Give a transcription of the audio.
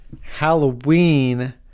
Halloween